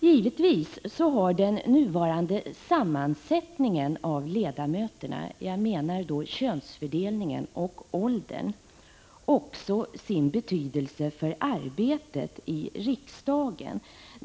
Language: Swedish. Givetvis har den nuvarande sammansättningen av ledamöterna — jag menar då könsfördelningen och åldern — också sin betydelse för arbetet i riksdagen.